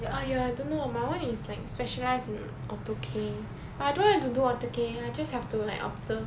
!aiya! I don't know my [one] is like specialised in ortho-K but I don't like to do ortho-K I just have to like observe